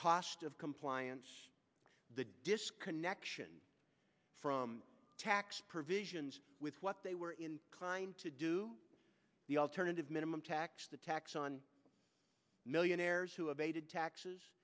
cost of compliance the disconnection from tax provisions with what they were kind to do the alternative minimum tax the tax on millionaires who abated tax